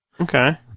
Okay